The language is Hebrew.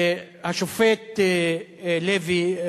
השופט לוי,